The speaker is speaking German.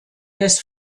des